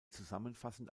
zusammenfassend